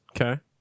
Okay